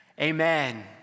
Amen